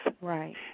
Right